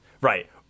right